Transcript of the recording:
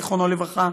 זיכרונו לברכה,